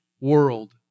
world